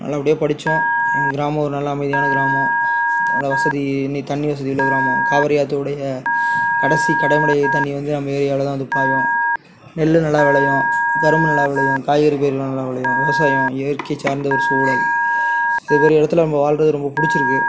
நல்லபடியாக படிச்சோம் எங்கள் கிராமம் ஒரு நல்ல அமைதியான கிராமம் நல்லா வசதி தண்ணி வசதி உள்ள கிராமம் காவேரி ஆற்றோடைய கடைசி கடை மடை தண்ணி வந்து நம்ம ஏரியாவில் தான் வந்து பாயும் நெல் நல்லா விளையும் கரும்பு நல்லா விளையும் காய்கறி பயிர்லாம் நல்லா விளையும் விவசாயம் இயற்கை சார்ந்த சூழல் இத மேரி இடத்துல நம்ப வாழ்றது ரொம்ப பிடிச்சிருக்கு